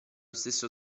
stesso